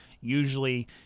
usually